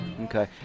Okay